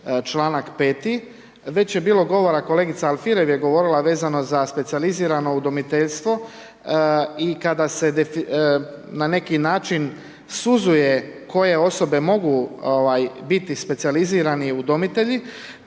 čl. 5. već je bilo govora, kolegica Alfirev je govorila vezano za specijalizirano udomiteljstvo i kada se na neki način suzuje koje osobe mogu biti specijalizirani udomitelji,